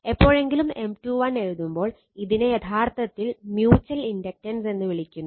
എപ്പോഴെങ്കിലും M21 എഴുതുമ്പോൾ ഇതിനെ യഥാർത്ഥത്തിൽ മ്യുച്ചൽ ഇണ്ടക്ടൻസ് എന്ന് വിളിക്കുന്നു